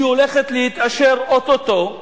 היא הולכת להתאשר או-טו-טו,